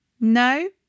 No